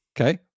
Okay